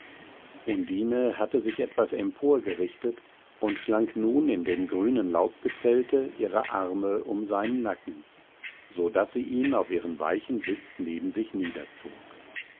undine hatte sich etwas emporgerichtet und schlang nun in dem grünen laubgezelte ihre arme um seinen nacken so daß sie ihn auf ihren weichen sitz neben sich niederzog